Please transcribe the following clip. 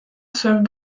served